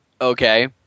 Okay